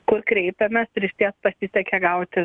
kur kreipėmės ir išties pasisekė gauti